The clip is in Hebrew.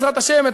בעזרת השם,